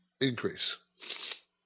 increase